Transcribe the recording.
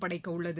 படைக்கவுள்ளது